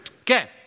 Okay